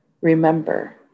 Remember